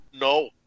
no